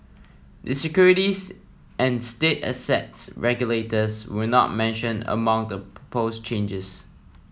the securities and state assets regulators were not mentioned among the propose changes